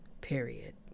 period